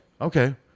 Okay